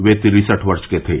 ये तिरसठ वर्ष के थे